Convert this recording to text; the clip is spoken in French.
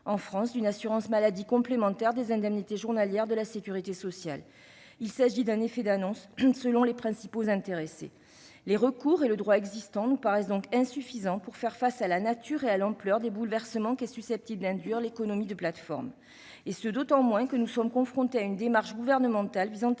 en France, d'une assurance maladie complémentaire des indemnités journalières de la sécurité sociale. Il s'agit, selon les principaux intéressés, d'un simple effet d'annonce ... Les recours juridictionnels et le droit existant nous paraissent donc insuffisants pour faire face à la nature et à l'ampleur des bouleversements qu'est susceptible d'induire l'économie de plateforme, d'autant que nous sommes confrontés à une démarche gouvernementale visant